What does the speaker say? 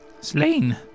slain